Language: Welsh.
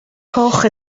coch